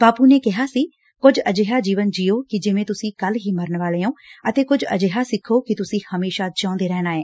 ਬਾਪੁ ਨੇ ਕਿਹਾ ਸੀ ਕੁਝ ਅਜਿਹਾ ਜੀਵਨ ਜੀਓ ਕਿ ਜਿਵੇਂ ਤੁਸੀਂ ਕੱਲੁ ਹੀ ਮਰਨ ਵਾਲੇ ਓ ਅਤੇ ਕੁਝ ਅਜਿਹਾ ਸਿੱਖੋ ਕਿ ਤੁਸੀਂ ਹਮੇਸ਼ਾ ਜੀਉਂਦੇ ਰਹਿਣਾ ਏ